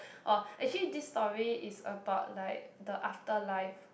or actually this story is about like the afterlife